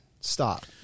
Stop